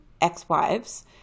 ex-wives